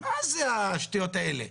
מה זה השטויות האלה?